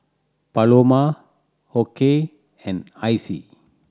Paloma Okey and Icy